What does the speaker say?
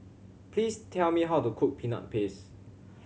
please tell me how to cook Peanut Paste